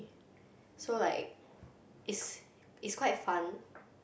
so like it's it's quite fun